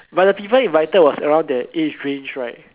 but the people invited was around that age range right